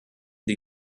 die